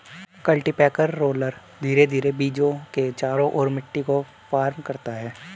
cultipacker roller धीरे धीरे बीजों के चारों ओर मिट्टी को फर्म करता है